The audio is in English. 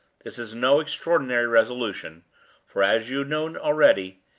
this is no extraordinary resolution for, as you know already,